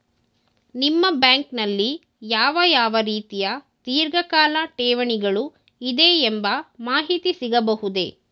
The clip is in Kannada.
ನಿಮ್ಮ ಬ್ಯಾಂಕಿನಲ್ಲಿ ಯಾವ ಯಾವ ರೀತಿಯ ಧೀರ್ಘಕಾಲ ಠೇವಣಿಗಳು ಇದೆ ಎಂಬ ಮಾಹಿತಿ ಸಿಗಬಹುದೇ?